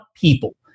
people